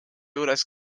juures